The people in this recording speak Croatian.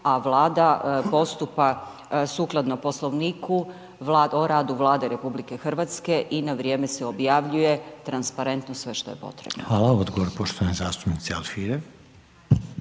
a Vlada postupa sukladno Poslovniku o radu Vlade RH i na vrijeme se objavljuje transparentno sve što je potrebno. **Reiner, Željko (HDZ)** Hvala, odgovor poštovane zastupnice Alfirev.